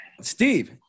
Steve